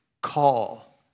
call